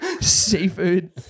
Seafood